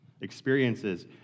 experiences